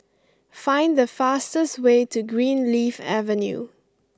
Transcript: find the fastest way to Greenleaf Avenue